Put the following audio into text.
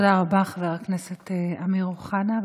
תודה רבה, חבר הכנסת אמיר אוחנה.